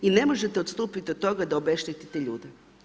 I ne možete odstupiti od toga da obeštetite ljude.